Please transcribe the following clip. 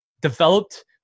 developed